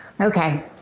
Okay